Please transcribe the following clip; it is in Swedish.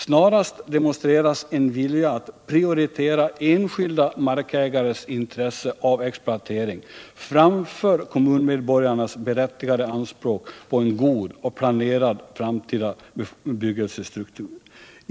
Snarast demonstreras en vilja att prioritera enskilda markägares intresse av exploatering framför kommunmedborgarnas berättigade anspråk på en god och planerad framtida bebyggelsestruktur.